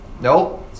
Nope